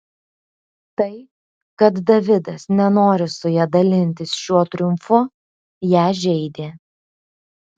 tai kad davidas nenori su ja dalintis šiuo triumfu ją žeidė